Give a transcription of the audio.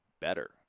better